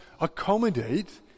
accommodate